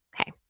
Okay